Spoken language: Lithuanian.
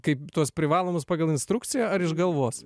kaip tuos privalomus pagal instrukciją ar iš galvos